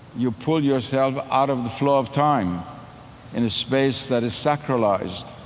you pull yourself out of the flow of time in a space that is sacralized,